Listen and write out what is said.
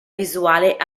visuale